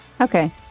Okay